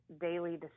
daily